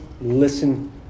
listen